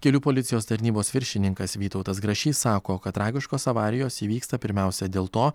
kelių policijos tarnybos viršininkas vytautas grašys sako kad tragiškos avarijos įvyksta pirmiausia dėl to